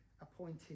appointed